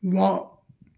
ਵਾਹ